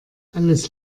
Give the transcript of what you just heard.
alles